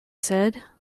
said